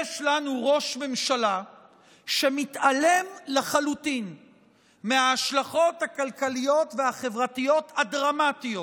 יש לנו ראש ממשלה שמתעלם לחלוטין מההשלכות הכלכליות והחברתיות הדרמטיות